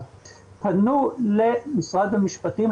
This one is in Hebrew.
פנו למשרד המשפטים,